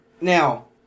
Now